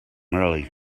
early